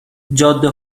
جاده